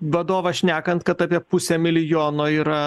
vadovą šnekant kad apie pusę milijono yra